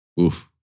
Oof